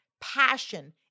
passion